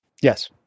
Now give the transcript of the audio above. Yes